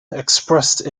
expressed